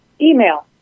email